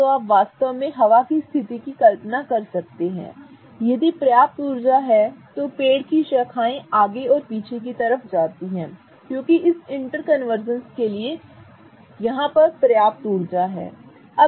तो आप वास्तव में हवा की स्थिति की कल्पना कर सकते हैं यदि पर्याप्त ऊर्जा है तो पेड़ की शाखाएं आगे और पीछे जाती हैं क्योंकि इस इंटर कन्वर्जेंस के लिए पर्याप्त ऊर्जा होती है